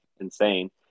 insane